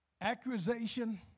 accusation